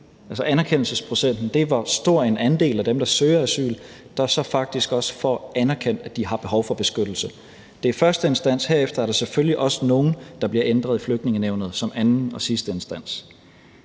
Altså, anerkendelsesprocenten er, hvor stor en andel af dem, der søger asyl, der så rent faktisk også får anerkendt, at de har behov for beskyttelse. Det er i første instans. Herefter er der selvfølgelig også nogle, der bliver ændret i Flygtningenævnet som anden og sidste instans.